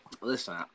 Listen